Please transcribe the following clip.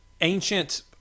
Ancient